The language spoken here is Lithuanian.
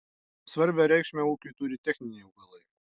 svarbią reikšmę ūkiui turi techniniai augalai